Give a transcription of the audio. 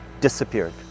disappeared